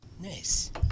Nice